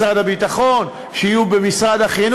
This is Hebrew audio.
שיהיו במשרד הביטחון,